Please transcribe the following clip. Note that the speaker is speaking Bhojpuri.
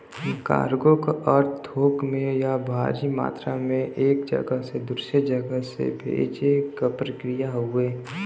कार्गो क अर्थ थोक में या भारी मात्रा में एक जगह से दूसरे जगह से भेजे क प्रक्रिया हउवे